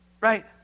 right